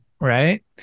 Right